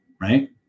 Right